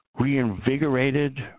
reinvigorated